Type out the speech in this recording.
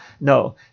No